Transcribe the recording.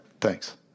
thanks